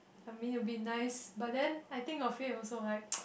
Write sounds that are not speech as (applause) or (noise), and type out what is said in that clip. I mean it would be nice but then I think of it also like (noise)